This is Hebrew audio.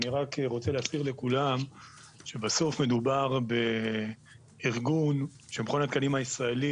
אני רק רוצה להזכיר לכולם שבסוף מדובר בארגון שהוא מכון התקנים הישראלי